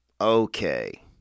Okay